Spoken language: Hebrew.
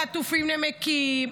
בזמן שהחטופים נמקים,